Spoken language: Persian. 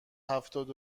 هفتاد